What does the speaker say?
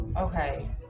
Okay